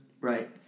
Right